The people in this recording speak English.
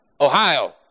Ohio